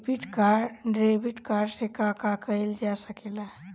Debit card से का का कइल जा सके ला?